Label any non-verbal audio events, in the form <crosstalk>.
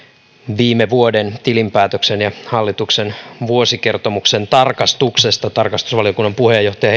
viime vuoden tilinpäätöksen ja hallituksen vuosikertomuksen tarkastuksesta tarkastusvaliokunnan puheenjohtaja <unintelligible>